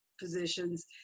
positions